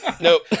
Nope